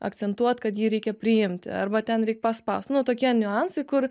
akcentuot kad jį reikia priimti arba ten reik paspaust nu tokie niuansai kur